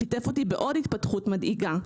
שיתף אותי בעוד התפתחות מדאיגה.